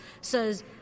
says